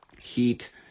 heat